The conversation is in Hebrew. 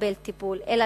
לקבל טיפול, אלא